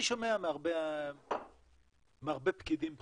אני שומע מהרבה פקידים בכירים,